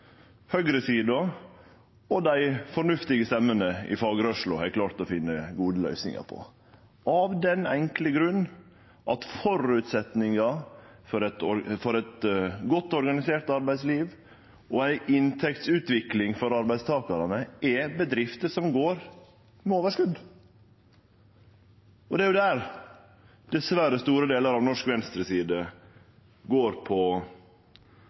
og dei fornuftige stemmene i fagrørsla har klart å finne gode løysingar på, av den enkle grunn at føresetnaden for eit godt organisert arbeidsliv og ei inntektsutvikling for arbeidstakarane er bedrifter som går med overskot. Det er der store delar av norsk venstreside dessverre går på